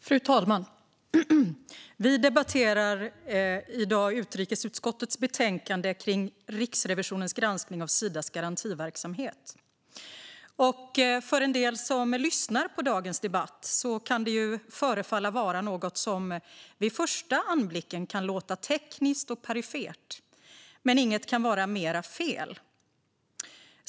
Fru talman! Vi debatterar i dag utrikesutskottets betänkande Riksrevi sionens granskning av Sidas garantiverksamhet . För en del som lyssnar på dagens debatt kan det förefalla vara något som först kan låta tekniskt och perifert, men inget kan vara mer fel.